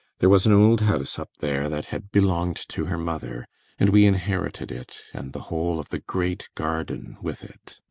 there was an old house up there that had belonged to her mother and we inherited it, and the whole of the great garden with it.